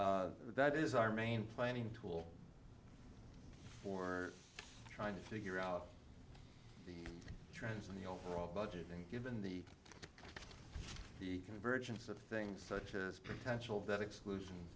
force that is our main planning tool for trying to figure out the trends in the overall budget and given the convergence of things such as potential that exclusion